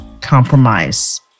compromise